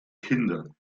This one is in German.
kinder